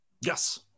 Yes